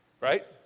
right